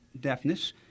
deafness